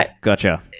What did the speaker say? Gotcha